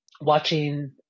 watching